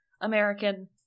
american